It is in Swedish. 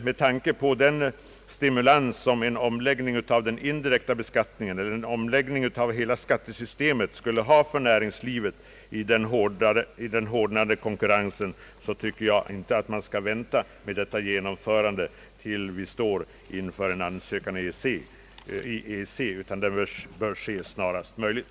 Med tanke på den stimulans som omläggningen av hela skattesystemet skulle ha för näringslivet i den hårdnande konkurrensen tycker jag inte att man skall vänta med detta genomförande till dess vi står inför en ansökan till EEC utan det bör ske snarast möjligt.